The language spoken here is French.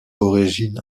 origine